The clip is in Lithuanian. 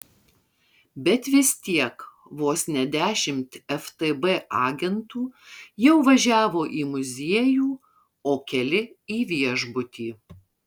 bet vis tiek vos ne dešimt ftb agentų jau važiavo į muziejų o keli į viešbutį